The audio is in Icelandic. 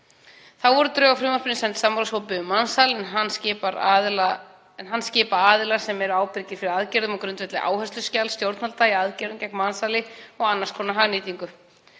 Þá voru drög að frumvarpinu send samráðshópi um mansal en hann skipa aðilar sem eru ábyrgir fyrir aðgerðum á grundvelli áhersluskjals stjórnvalda í aðgerðum gegn mansali og annars konar hagnýtingu.